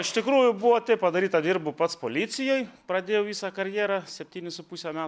iš tikrųjų buvo taip padaryta dirbau pats policijoj pradėjau visą karjerą septynis su puse metų